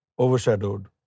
overshadowed